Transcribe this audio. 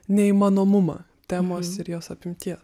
neįmanomumą temos ir jos apimties